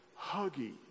huggy